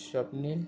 Swapnil